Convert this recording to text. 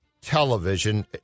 Television